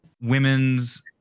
Women's